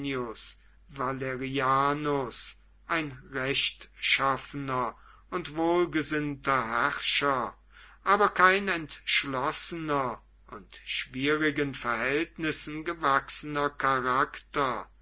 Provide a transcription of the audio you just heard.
ein rechtschaffener und wohlgesinnter herrscher aber kein entschlossener und schwierigen verhältnissen gewachsener charakter